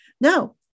No